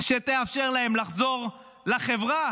שתאפשר להם לחזור לחברה.